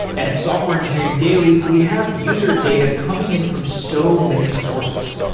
at software engineering daily, we have user data coming in from so many sources.